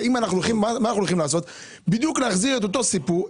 מה שאנחנו הולכים לעשות זה בדיוק להחזיר את אותו סיפור,